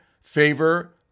favor